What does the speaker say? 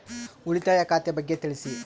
ಉಳಿತಾಯ ಖಾತೆ ಬಗ್ಗೆ ತಿಳಿಸಿ?